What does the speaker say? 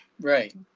Right